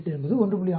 38 என்பது 1